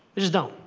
they just don't.